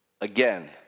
Again